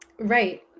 Right